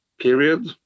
period